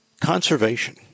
conservation